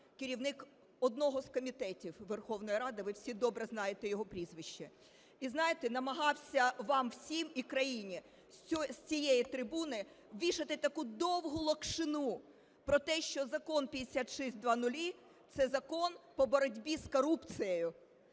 керівник одного з комітетів Верховної Ради, ви всі добре знаєте його прізвище. І, знаєте, намагався вам всім і країні з цієї трибуни вішати таку довгу "локшину" про те, що Закон 5600 – це закон по боротьбі з корупцією.